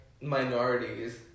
minorities